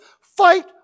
Fight